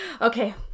Okay